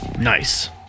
Nice